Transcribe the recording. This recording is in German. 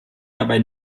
dabei